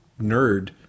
nerd